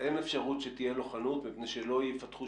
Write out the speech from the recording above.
הם קיבלו קרווילות לפני 15 שנה ושכחו אותם.